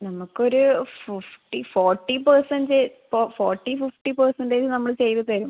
നമുക്കൊരു fifty forty percent ഇപ്പോൾ forty fifty percentage നമ്മൾ ചെയ്ത് തരും